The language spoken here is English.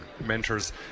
mentors